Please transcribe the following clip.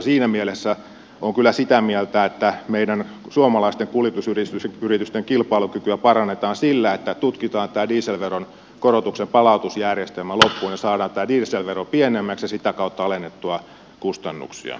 siinä mielessä olen kyllä sitä mieltä että meidän suomalaisten kuljetusyritysten kilpailukykyä parannetaan sillä että tutkitaan tämä dieselveron korotuksen palautusjärjestelmä loppuun ja saadaan tämä dieselvero pienemmäksi ja sitä kautta alennettua kustannuksia